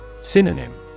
Synonym